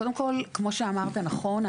כמו שנאמר פה נכון,